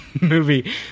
movie